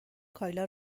کایلا